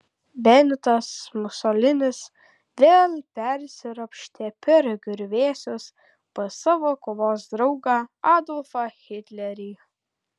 benitas musolinis vėl persiropštė per griuvėsius pas savo kovos draugą adolfą hitlerį